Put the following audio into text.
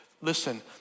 listen